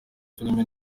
filime